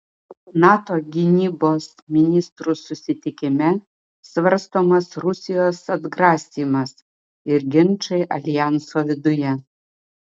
nato gynybos ministrų susitikime svarstomas rusijos atgrasymas ir ginčai aljanso viduje